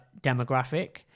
demographic